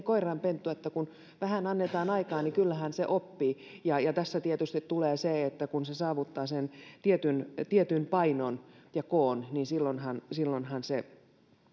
koiranpentu kun vähän annetaan aikaa niin kyllähän se oppii ja ja tässä tietysti tulee se että kun se saavuttaa sen tietyn tietyn painon ja koon niin silloinhan silloinhan se